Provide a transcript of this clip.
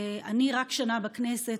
אני רק שנה בכנסת,